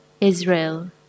Israel